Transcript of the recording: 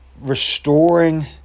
restoring